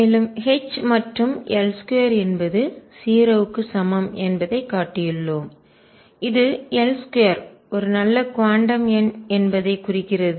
மேலும் H மற்றும் L2 என்பது 0 க்கு சமம் என்பதைக் காட்டியுள்ளோம் இது L2 ஒரு நல்ல குவாண்டம் எண் என்பதைக் குறிக்கிறது